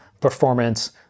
performance